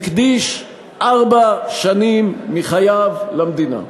הקדיש ארבע שנים מחייו למדינה.